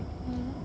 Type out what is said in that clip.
mmhmm